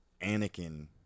Anakin